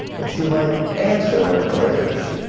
that you might answer their prayers,